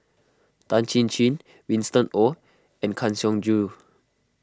Tan Chin Chin Winston Oh and Kang Siong Joo